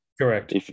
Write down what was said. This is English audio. Correct